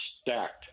stacked